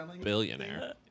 billionaire